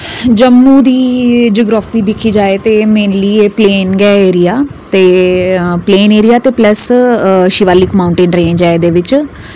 जम्मू दी जियोग्राफी दिक्खी जा ते मेनली एह् प्लेन गै एरिया ते प्लस शिवालिक माऊंटेन रेंज ऐ एह्दे बिच